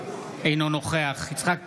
אינו נוכח יצחק פינדרוס,